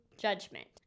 judgment